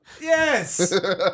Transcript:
Yes